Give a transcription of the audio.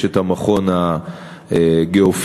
יש המכון הגיאופיזי,